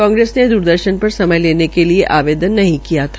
कांग्रेस ने द्रदर्शन पर समय लेने के लिए आवेदन नहीं किया था